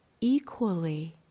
equally